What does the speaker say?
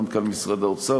מנכ"ל משרד האוצר,